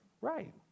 right